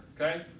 okay